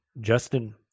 Justin